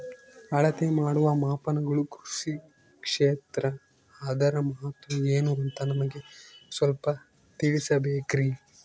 ಅಳತೆ ಮಾಡುವ ಮಾಪನಗಳು ಕೃಷಿ ಕ್ಷೇತ್ರ ಅದರ ಮಹತ್ವ ಏನು ಅಂತ ನಮಗೆ ಸ್ವಲ್ಪ ತಿಳಿಸಬೇಕ್ರಿ?